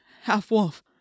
half-wolf